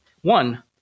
one